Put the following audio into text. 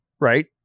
right